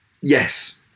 Yes